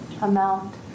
amount